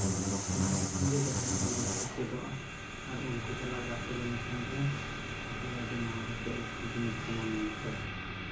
ᱥᱮᱬᱟ ᱠᱚᱴᱷᱮᱱ ᱜᱮ ᱡᱟᱦᱟᱱᱟᱜ ᱡᱤᱱᱤᱥ ᱫᱚ ᱪᱮᱫᱚᱜᱼᱟ ᱟᱨ ᱩᱱᱠᱩ ᱥᱟᱞᱟᱜ ᱜᱟᱛᱮ ᱞᱮᱱᱠᱷᱟᱱ ᱜᱮ ᱴᱷᱤᱠᱟᱹᱭᱟᱭ ᱡᱮ ᱱᱚᱣᱟ ᱫᱚ ᱪᱮᱫ ᱞᱮᱠᱟᱱ ᱡᱤᱱᱤᱥ ᱠᱟᱱᱟ ᱢᱮᱱᱛᱮ